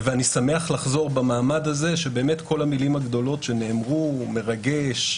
אני שמח לחזור במעמד הזה שכל המילים הגדולות שנאמרו מרגש,